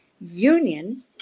union